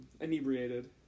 inebriated